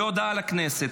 בהודעה לכנסת.